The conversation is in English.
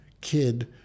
kid